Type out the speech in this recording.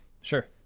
Sure